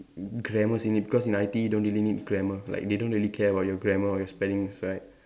grammars in it because in I_T_E don't really need grammar like they don't really care about your grammar or your spellings right